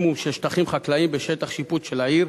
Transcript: שטחים חקלאיים בשטח שיפוט של העיר